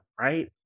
Right